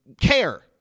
care